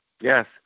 Yes